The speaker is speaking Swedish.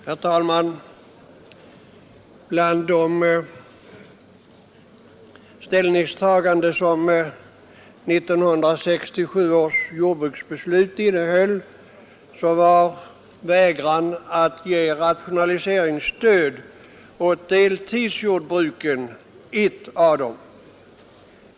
Herr talman! Bland de ställningstaganden som 1967 års jordbruksbeslut innehöll var vägran att ge rationaliseringsstöd åt deltidsjordbruken ett.